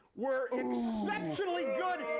were exceptionally good,